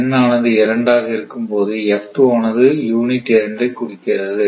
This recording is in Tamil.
N ஆனது 2 ஆக இருக்கும்போது ஆனது யூனிட் 2 ஐ குறிக்கிறது